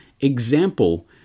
example